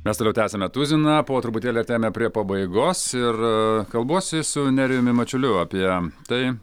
mes toliau tęsiame tuziną po truputėlį artėjame prie pabaigos ir kalbuosi su nerijumi mačiuliu apie tai